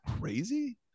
crazy